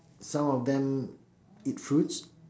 some of them eat fruits